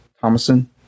Thomason